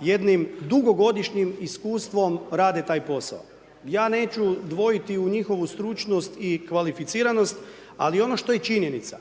jednim dugogodišnjim iskustvom rade taj posao. Ja neću dvojiti u njihovu stručnost i kvalificiranost, ali ono što je činjenica